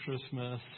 Christmas